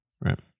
Right